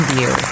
View